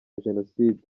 jenoside